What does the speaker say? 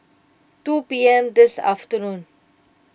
two P M this afternoon